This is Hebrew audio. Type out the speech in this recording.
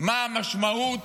מה המשמעות